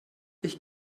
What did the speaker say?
ich